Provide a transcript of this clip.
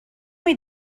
est